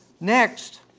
Next